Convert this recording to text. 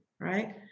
right